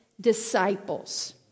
disciples